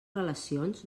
relacions